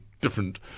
Different